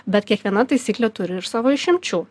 bet kiekviena taisyklė turi savo išimčių